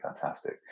fantastic